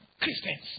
Christians